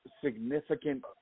significant